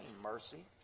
mercy